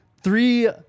three